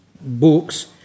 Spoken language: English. books